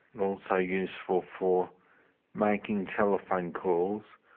and also useful for making telephone calls,